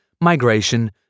migration